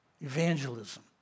evangelism